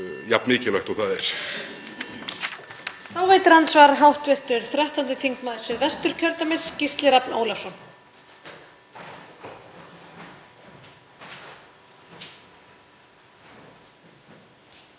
jafn mikilvægt og það er.